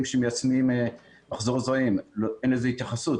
שמיישמים מחזור זרעים ואין לזה התייחסות,